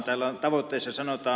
täällä tavoitteissa sanotaan